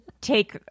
take